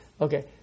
Okay